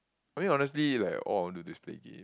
I mean honestly like all I wanna do is play game